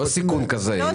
לא סיכון כזה.